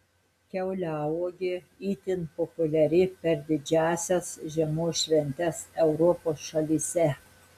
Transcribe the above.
kiauliauogė itin populiari per didžiąsias žiemos šventes europos šalyse